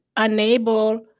enable